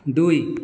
ଦୁଇ